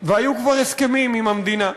והיו כבר הסכמים עם המדינה,